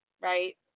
right